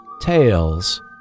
Tales